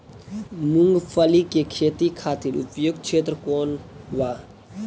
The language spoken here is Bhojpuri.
मूँगफली के खेती खातिर उपयुक्त क्षेत्र कौन वा?